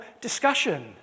discussion